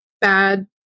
bad